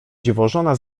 dziwożona